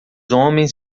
homens